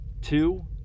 two